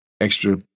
extra